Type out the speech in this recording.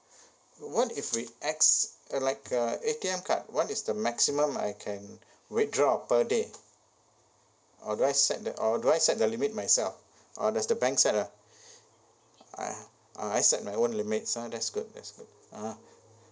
what if we ex~ uh like a A_T_M card what is the maximum I can withdraw per day or do I set the or do I set the limit myself or there's the bank set ah ah I set my own limits ah that's good that's good ah